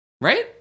right